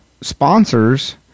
sponsors